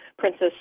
princess